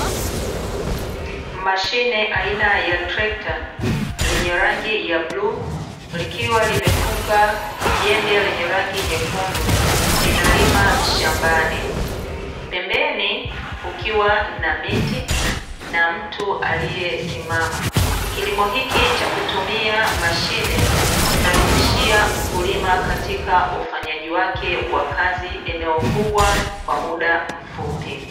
Mashine aina ya trekta lenye rangi ya bluu likiwa limefunga jembe lenye rangi nyekundu linalima shambani, pembeni kukiwa na miti na mtu aliyesimama. Kilimo hiki cha kutumia mashine humrahisishia mkulima katika ufanyaji wake wa kazi eneo kubwa kwa muda mfupi.